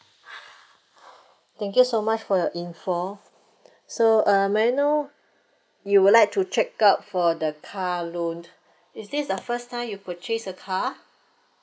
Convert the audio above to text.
thank you so much for your info so uh may I know you would like to check out for the car loan is this the first time you purchase a car